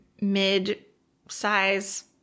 mid-size